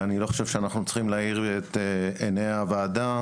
ואני לא חושב שאנחנו צריכים להאיר את עיני הוועדה